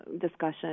discussion